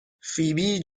فیبی